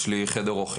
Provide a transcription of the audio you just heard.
יש לי חדר אוכל.